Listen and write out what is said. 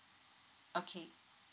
okay